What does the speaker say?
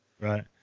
Right